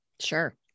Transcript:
Sure